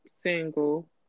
single